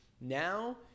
now